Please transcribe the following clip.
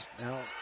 Now